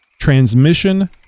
transmission